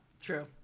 True